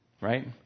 right